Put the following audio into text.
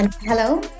hello